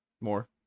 More